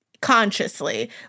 consciously